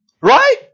Right